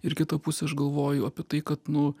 ir kita pusė aš galvoju apie tai kad nu